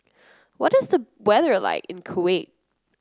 what is the weather like in Kuwait